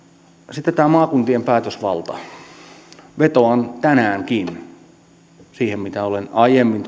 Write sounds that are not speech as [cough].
sitten maakuntien päätösvalta vetoan tänäänkin siihen mitä olen aiemmin [unintelligible]